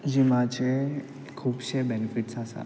जिमाचे खुबशे बॅनिफिट्स आसात